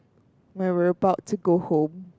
when we're about to go home